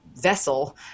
vessel